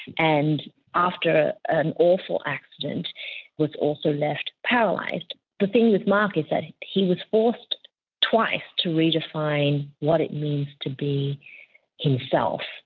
and after an awful accident was also left paralysed. like the thing with mark is that he was forced twice to redefine what it means to be himself,